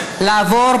נגד זוהיר בהלול,